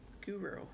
guru